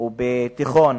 ובתיכון